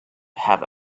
have